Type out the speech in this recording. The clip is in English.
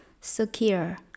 secure